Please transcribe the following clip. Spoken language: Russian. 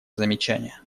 замечание